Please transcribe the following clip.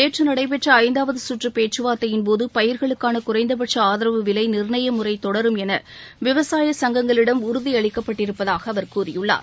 நேற்று நடைபெற்ற ஐந்தாவது சுற்று பேச்சுவார்த்தையின்போது பயிர்களுக்கான குறைந்தபட்ச ஆதரவு விலை நிர்ணய முறை தொடரும் என விவசாய சங்கங்களிடம் உறுதியளிக்கப்பட்டிருப்பதாக அவர் கூறியுள்ளார்